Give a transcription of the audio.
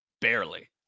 barely